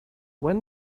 when